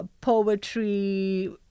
poetry